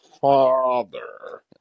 father